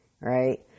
right